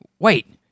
Wait